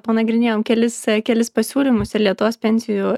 panagrinėjom kelis kelis pasiūlymus ir lietuvos pensijų